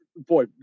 Boy